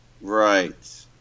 right